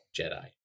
Jedi